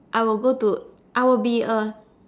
I will go to I will be a